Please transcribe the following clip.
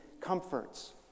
comforts